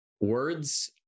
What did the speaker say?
Words